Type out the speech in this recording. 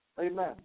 amen